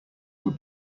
were